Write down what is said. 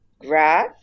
grass